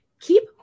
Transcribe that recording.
keep